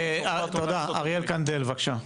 אריאל קנדל, בבקשה.